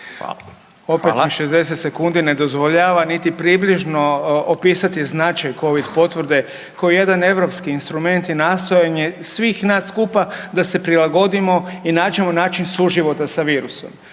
Opet mi 60 sekundi ne dozvoljava niti približno opisati značaj covid potvrde koji je jedan europski instrument i nastojanje svih nas skupa da se prilagodimo i nađemo način suživota sa virusom.